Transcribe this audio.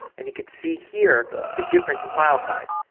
and you can see here the difference in file size.